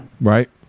right